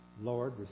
Lord